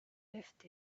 left